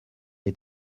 est